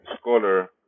scholar